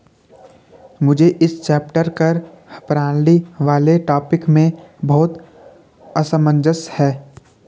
मुझे इस चैप्टर कर प्रणाली वाले टॉपिक में बहुत असमंजस है